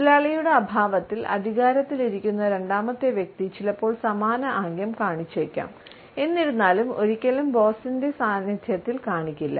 മുതലാളിയുടെ അഭാവത്തിൽ അധികാരത്തിലിരിക്കുന്ന രണ്ടാമത്തെ വ്യക്തി ചിലപ്പോൾ സമാന ആംഗ്യം കാണിച്ചേക്കാം എന്നിരുന്നാലും ഒരിക്കലും ബോസിന്റെ സാന്നിധ്യത്തിൽ കാണിക്കില്ല